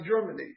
Germany